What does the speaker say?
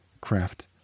craft